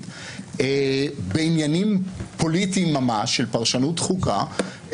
בעניינים פוליטיים ממש של פרשנות דחוקה,